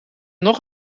nog